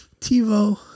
TiVo